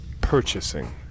purchasing